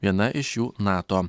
viena iš jų nato